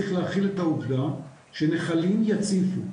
צריך להכיל את העובדה שנחלים יציפו,